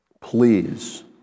Please